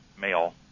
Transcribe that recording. male